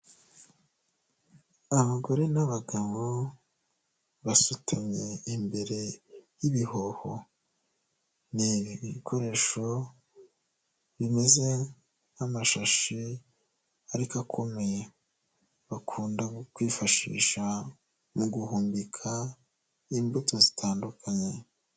Abagore n'abagabo basutamye imbere y'ibihoho, ni ibikoresho bimeze nk'amashashi ariko akomeye bakunda kwifashisha mu guhumbika imbuto zitandukanye.